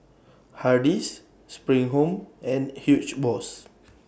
Hardy's SPRING Home and Huge Boss